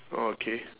oh okay